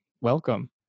Welcome